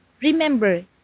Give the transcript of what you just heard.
remember